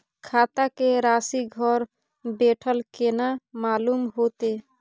खाता के राशि घर बेठल केना मालूम होते?